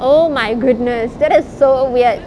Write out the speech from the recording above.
oh my goodness that is so weird